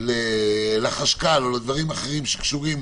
לחשכ"ל ודברים אחרים שקשורים